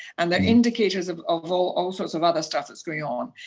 and they're indicators of of all all sorts of other stuff that's going on,